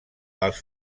els